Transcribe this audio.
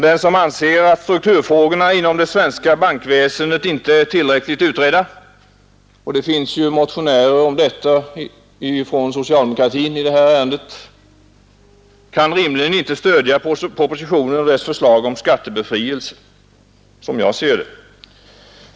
Den som anser att strukturfrågorna inom det svenska bankväsendet inte är tillräckligt utredda — och det finns ju motionärer från socialdemokratin i det ärendet — kan rimligen inte stödja propositionen och dess förslag om skattebefrielse, som jag ser det.